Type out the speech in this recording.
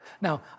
Now